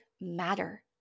matter